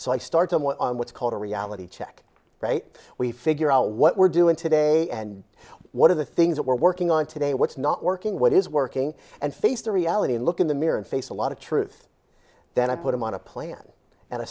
so i start somewhat on what's called a reality check right we figure out what we're doing today and what are the things that we're working on today what's not working what is working and face the reality and look in the mirror and face a lot of truth then i put them on a plan and a